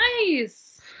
Nice